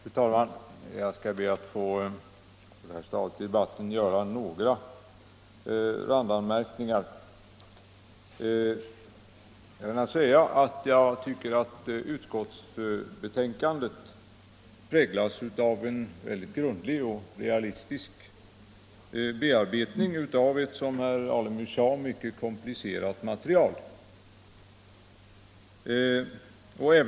Fru talman! Jag ber att på detta stadium i debatten få göra några randanmärkningar. Utskottets betänkande tycker jag präglas av en grundlig och realistisk bearbetning av ett mycket komplicerat material — som herr Alemyr uttryckte det.